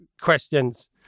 questions